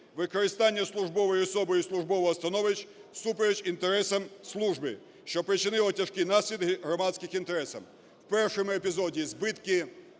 використання службовою особою службового становища всупереч інтересам служби, що спричинило тяжкі наслідки громадським інтересам. В першому епізоді збитки,